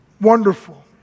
wonderful